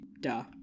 duh